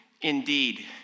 Indeed